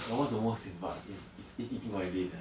you know what's the most sian part is is my lane eh